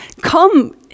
come